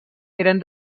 eren